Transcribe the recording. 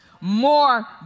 more